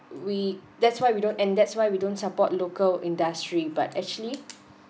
we that's why we don't and that's why we don't support local industry but actually